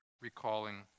recalling